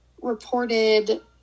reported